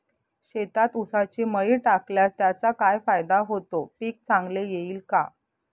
शेतात ऊसाची मळी टाकल्यास त्याचा काय फायदा होतो, पीक चांगले येईल का?